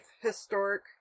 historic